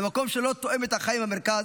למקום שלא תואם את החיים במרכז.